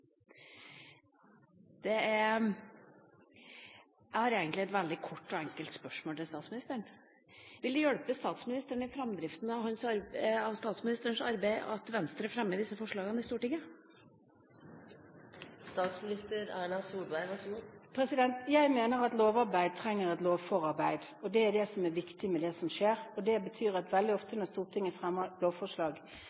Jeg har egentlig et veldig kort og enkelt spørsmål til statsministeren: Vil det hjelpe statsministeren i framdriften av hennes arbeid at Venstre fremmer disse forslagene i Stortinget? Jeg mener at lovarbeid trenger et lovforarbeid. Det er det som er viktig med det som skjer, og det betyr at veldig ofte